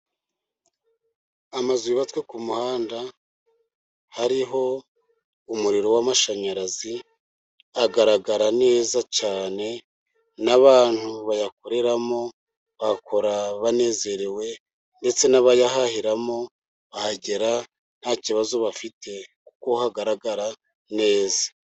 Amazu yubatswe ku muhanda hariho umuriro w'amashanyarazi agaragara neza cyane, n'abantu bayakoreramo bakora banezerewe, ndetse n'abayahahiramo bahagera nta kibazo bafite, kuko hagaragara neza.